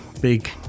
big